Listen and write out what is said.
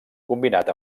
combinat